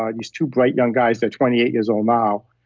um these two bright young guys. they're twenty eight years old now.